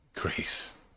grace